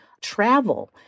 travel